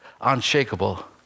unshakable